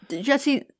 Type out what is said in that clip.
Jesse